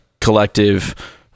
collective